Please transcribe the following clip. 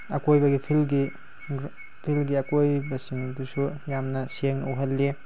ꯑꯀꯣꯏꯕꯒꯤ ꯐꯤꯜꯒꯤ ꯐꯤꯜꯒꯤ ꯀꯣꯏꯕꯁꯤꯡꯗꯨꯁꯨ ꯌꯥꯝꯅ ꯁꯦꯡꯅ ꯎꯍꯜꯂꯤ